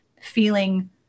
feeling